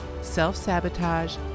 self-sabotage